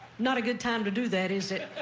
not a good time to do that, is it?